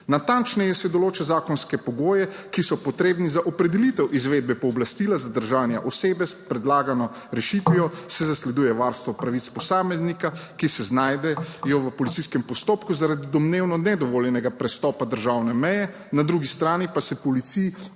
Natančneje se določa zakonske pogoje, ki so potrebni za opredelitev izvedbe pooblastila zadržanje osebe. S predlagano rešitvijo se zasleduje varstvo pravic posameznika, ki se znajdejo v policijskem postopku zaradi domnevno nedovoljenega prestopa državne meje, na drugi strani pa se policiji